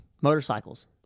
motorcycles